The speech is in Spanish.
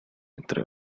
entre